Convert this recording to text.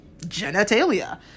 genitalia